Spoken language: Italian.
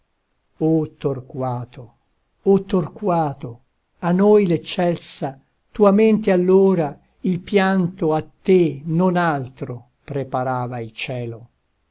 torquato o torquato a noi l'eccelsa tua mente allora il pianto a te non altro preparava il cielo